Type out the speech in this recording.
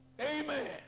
Amen